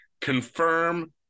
confirm